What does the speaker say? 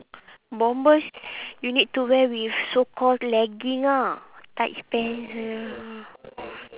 bombers you need to wear with so called legging ah tight pants ya